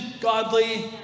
godly